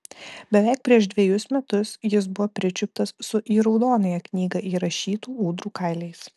beveik prieš dvejus metus jis buvo pričiuptas su į raudonąją knygą įrašytų ūdrų kailiais